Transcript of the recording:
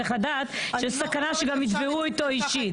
צריך לדעת שיש סכנה שגם יתבעו אותו אישית.